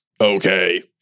Okay